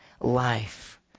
life